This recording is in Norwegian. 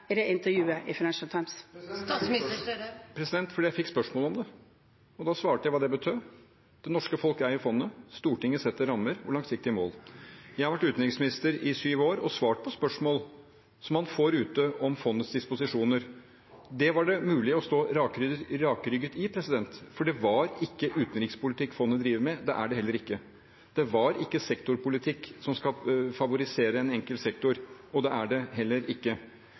i intervjuet med Financial Times. Det er fordi jeg fikk spørsmål om det, og da svarte jeg hva det betød. Det norske folk eier fondet, Stortinget setter rammer og langsiktige mål. Jeg har vært utenriksminister i syv år og svart på spørsmål som man får ute om fondets disposisjoner. Det var det mulig å stå rakrygget i, for det var ikke utenrikspolitikk fondet drev med. Det er det heller ikke nå. Det var ikke sektorpolitikk som skal favorisere en enkelt sektor, og det er det heller ikke